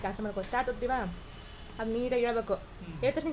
ಬಂಗಾರದ ಮೇಲೆ ಸಾಲ ಹೆಂಗ ಪಡಿಬೇಕು?